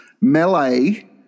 melee